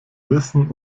wissen